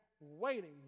waiting